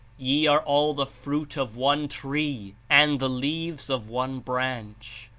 ye are all the fruit of one tree and the leaves of one branch.